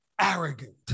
arrogant